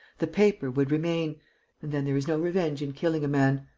the paper would remain. and then there is no revenge in killing a man.